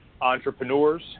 entrepreneurs